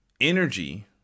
energy